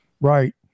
right